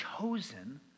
chosen